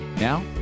Now